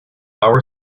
our